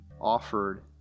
offered